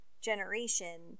generation